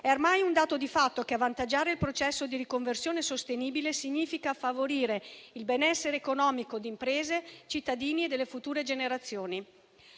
È ormai un dato di fatto che avvantaggiare il processo di riconversione sostenibile significa favorire il benessere economico di imprese, cittadini e future generazioni.